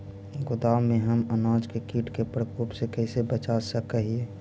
गोदाम में हम अनाज के किट के प्रकोप से कैसे बचा सक हिय?